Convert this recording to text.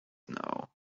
now